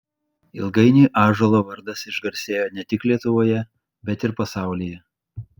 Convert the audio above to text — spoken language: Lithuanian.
ilgainiui ąžuolo vardas išgarsėjo ne tik lietuvoje bet ir pasaulyje